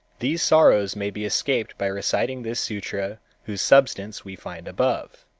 these sorrows may be escaped by reciting this sutra whose substance we find above.